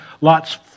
Lot's